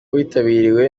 witabiriwe